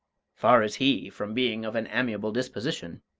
far is he from being of an amiable disposition,